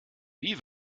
wie